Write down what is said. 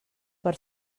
per